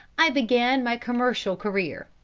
i began my commercial career.